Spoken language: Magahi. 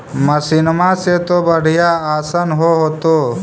मसिनमा से तो बढ़िया आसन हो होतो?